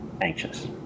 anxious